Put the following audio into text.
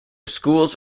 schools